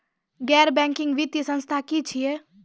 गैर बैंकिंग वित्तीय संस्था की छियै?